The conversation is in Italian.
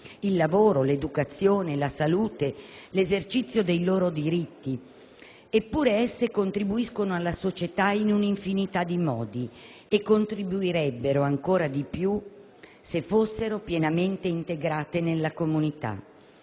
(il lavoro, l'educazione, la salute, l'esercizio dei loro diritti), eppure contribuiscono alla società in un'infinità di modi e contribuirebbero ancora di più se fossero pienamente integrati nella comunità.